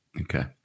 Okay